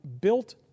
Built